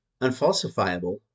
unfalsifiable